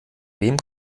wem